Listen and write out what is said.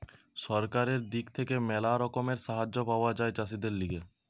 সরকারের দিক থেকে ম্যালা রকমের সাহায্য পাওয়া যায় চাষীদের লিগে